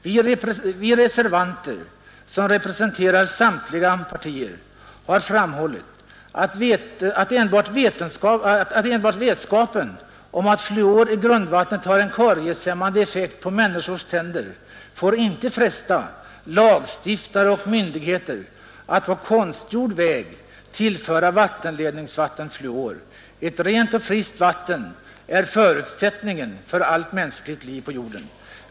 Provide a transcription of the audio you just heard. Vi reservanter, som representerar samtliga partier, har framhållit att enbart vetskapen om att fluor i grundvattnet har en karieshämmande effekt på människors tänder får inte fresta lagstiftare och myndigheter att på konstgjord väg tillföra vattenledningsvatten fluor. Ett rent och friskt vatten är förutsättningen för allt mänskligt liv på jorden.